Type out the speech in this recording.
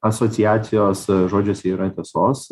asociacijos žodžiuose yra tiesos